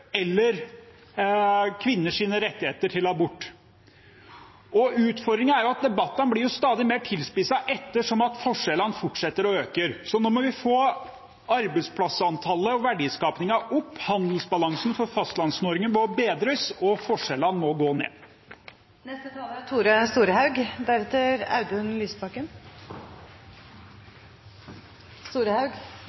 eller om kvinners rettigheter til abort. Utfordringen er at debattene blir stadig mer tilspisset ettersom forskjellene forsetter å øke, så nå må vi få arbeidsplassantallet og verdiskapingen opp, handelsbalansen for Fastlands-Norge må bedres, og forskjellene må gå ned. Eg må ta opp nokre av trådane som har blitt kasta ut i debatten. Ein av dei er